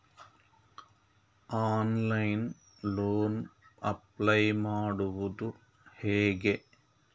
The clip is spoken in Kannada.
ಆನ್ಲೈನ್ ಲೋನ್ ಅಪ್ಲೈ ಮಾಡುವುದು ಹೇಗೆ?